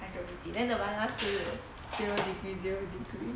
hundred fifty then nirvana 是 zero degree zero degree